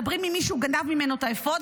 מדברים עם מי שהוא גנב ממנו את האפוד,